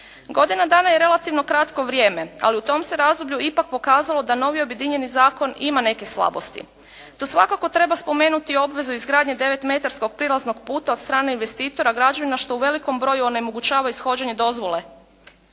Godina dana je relativno kratko vrijeme, ali u tom se razdoblju ipak pokazalo da novi objedinjeni zakon ima neke slabosti. Tu svakako treba spomenuti obvezu izgradnje devet metarskog prilaznog puta od strane investitora građevina što u velikom broju onemogućava ishođenje dozvole.